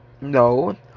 no